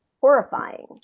horrifying